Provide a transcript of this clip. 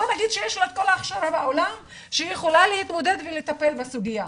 בוא נגיד שיש לה את כל ההכשרה שבעולם על מנת להתמודד ולטפל בסוגייה,